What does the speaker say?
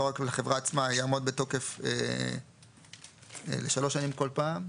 לא רק לחברה עצמה, יעמוד בתוקף לשלוש שנים כל פעם.